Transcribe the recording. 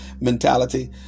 mentality